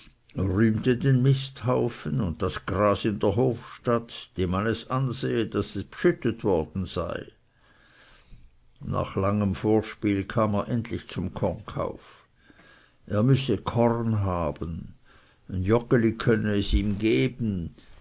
den misthaufen und das gras in der hofstatt dem man es ansehe daß es beschüttet worden sei nach langem vorspiel kam er endlich zum kornkauf er müsse korn haben und joggeli könne ihm geben